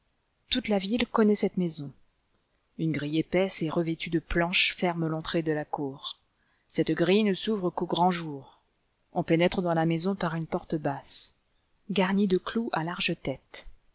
toute la ville connaît cette maison une grille épaisse et revêtue de planches ferme l'entrée de la cour cette grille ne s'ouvre qu'aux grands jours on pénètre dans la maison par une porte basse garnie de clous à large tête